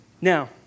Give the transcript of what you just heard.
Now